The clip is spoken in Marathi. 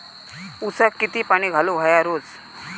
ऊसाक किती पाणी घालूक व्हया रोज?